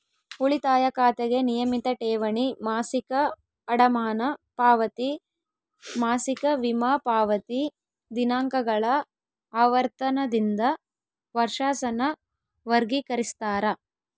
ಉಳಿತಾಯ ಖಾತೆಗೆ ನಿಯಮಿತ ಠೇವಣಿ, ಮಾಸಿಕ ಅಡಮಾನ ಪಾವತಿ, ಮಾಸಿಕ ವಿಮಾ ಪಾವತಿ ದಿನಾಂಕಗಳ ಆವರ್ತನದಿಂದ ವರ್ಷಾಸನ ವರ್ಗಿಕರಿಸ್ತಾರ